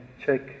check